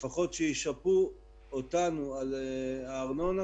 לפחות שישפו אותנו על הארנונה,